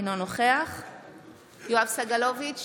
אינו נוכח יואב סגלוביץ'